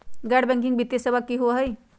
गैर बैकिंग वित्तीय सेवा की होअ हई?